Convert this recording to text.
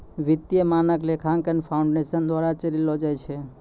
वित्तीय मानक लेखांकन फाउंडेशन द्वारा चलैलो जाय छै